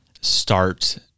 start